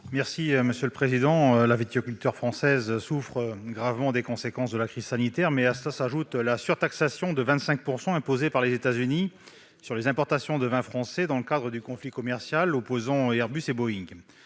est à M. Stéphane Artano. La viticulture française souffre gravement des conséquences de la crise sanitaire, à laquelle s'ajoute la surtaxation de 25 % imposée par les États-Unis sur les importations de vins français dans le cadre du conflit commercial opposant Airbus et Boeing.